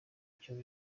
cya